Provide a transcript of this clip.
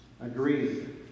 agreed